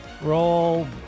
roll